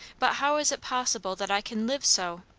but how is it possible that i can live so?